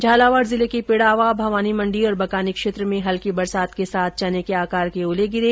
झालावाड जिले के पिडावा भवानी मंडी और बकानी क्षेत्र में हल्की बरसात के साथ चने के आकार के ओले गिरे